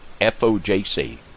FOJC